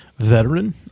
veteran